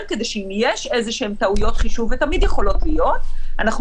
כדי שאם יש איזשהן טעויות חישוב ותמיד יכולות להיות אנחנו